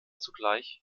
zugleich